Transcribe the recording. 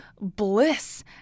bliss